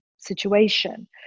situation